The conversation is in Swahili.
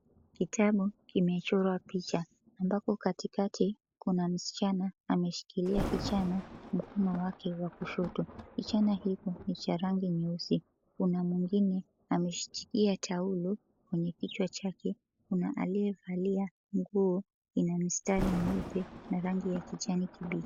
Kitabu kimechorwa picha, ambapo katikati kuna msichana ameshikilia kichana mkono wake wa kushoto. Kichana hiko ni cha rangi nyeusi. Kuna mwingine ameshikilia taulo kwenye kichwa chake, kuna aliyevalia nguo ina mistari meupe na rangi ya kijani kibichi.